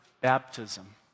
baptism